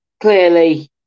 clearly